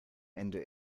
ende